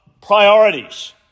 priorities